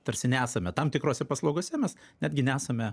tarsi nesame tam tikrose paslaugose mes netgi nesame